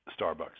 Starbucks